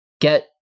get